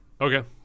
okay